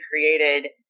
created